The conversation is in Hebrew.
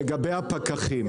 לגבי הפקחים.